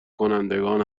کنندگان